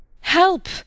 Help